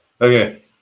Okay